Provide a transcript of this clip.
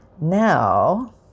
Now